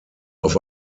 auf